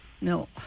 No